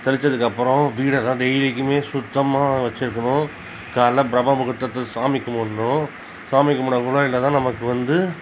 தெளிச்சத்துக்கு அப்புறோம் வீடை டெய்லிக்கிமே சுத்தமாக வச்சியிருக்கணும் காலைல பிரம்ம முகூர்த்தத்தில் சாமி கும்பிட்ணும் சாமி கும்பிடகுள்ள என்னதான் நமக்கு வந்து